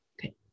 Okay